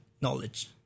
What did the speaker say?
knowledge